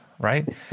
right